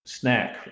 snack